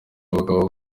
abagabo